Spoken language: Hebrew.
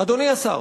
אדוני השר,